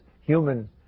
human